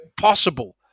Possible